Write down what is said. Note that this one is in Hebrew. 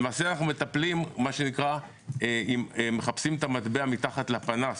למעשה אנחנו מחפשים את המטבע מתחת לפנס,